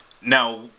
now